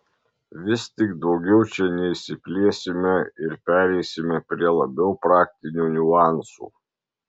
vis tik daugiau čia neišsiplėsime ir pereisime prie labiau praktinių niuansų